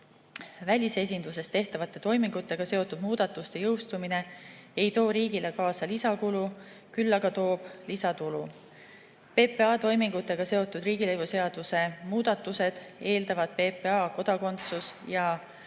välisesinduses tehtavate toimingutega seotud muudatuste jõustumine ei too riigile kaasa lisakulu, küll aga toob lisatulu. PPA toimingutega seotud riigilõivuseaduse muudatused eeldavad PPA kodakondsus- ja